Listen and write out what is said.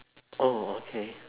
oh okay